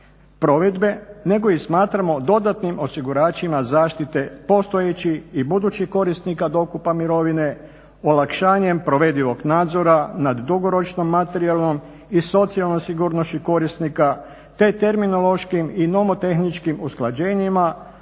provedbe nego ih smatramo dodatnim osiguračima zaštite postojećih i budućih korisnika dokupa mirovine olakšanjem provedivog nadzora nad dugoročnom, materijalnom i socijalnom sigurnošću korisnika te terminološkim i nomotehnički usklađenjima